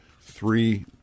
three